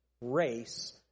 race